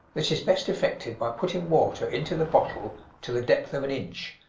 this is best effected by putting water into the bottle to the depth of an inch,